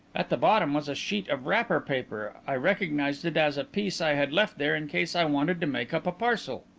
at the bottom was a sheet of wrapper paper. i recognized it as a piece i had left there in case i wanted to make up a parcel.